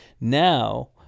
Now